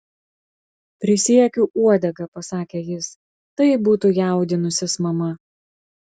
prisiekiu uodega pasakė jis tai būtų jaudinusis mama